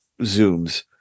zooms